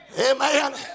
Amen